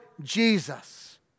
Jesus